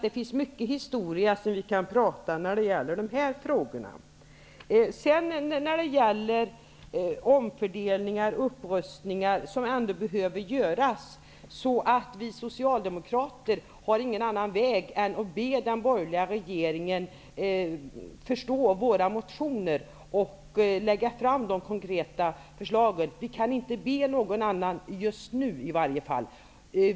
Det finns mycket historia som vi kan prata om när det gäller de här frågorna. När det gäller omfördelningar och upprustningar som behöver göras har vi socialdemokrater ingen annan väg att gå än att be den borgerliga regeringen förstå våra motioner och lägga fram de konkreta förslagen. Vi kan inte be någon annan just nu i varje fall.